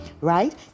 right